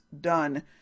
done